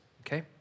okay